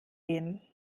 gehen